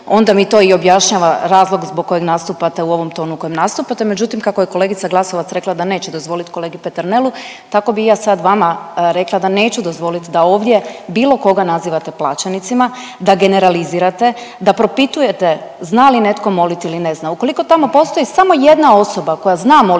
onda mi to i objašnjava razlog zbog kojeg nastupate u ovom tonu u kojem nastupate, međutim kako je kolegica Glasovac rekla da neće dozvolit kolegi Peternelu tako bi i ja sad vama rekla da neću dozvolit da ovdje bilo koga nazivate plaćenicima, da generalizirate, da propituje zna li netko molit ili ne zna. Ukoliko tamo postoji samo jedna osoba koja zna molit